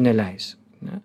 neleis ne